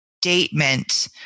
statement